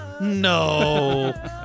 No